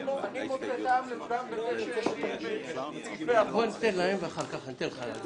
אני לא מוצא טעם לפגם בזה --- בוא ניתן להם ואחר כך לך.